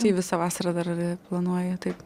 tai visą vasarą dar planuoji taip